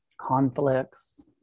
Conflicts